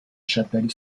chapelle